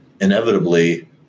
inevitably